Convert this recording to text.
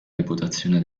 reputazione